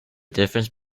difference